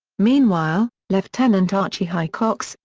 meanwhile, lieutenant archie hicox,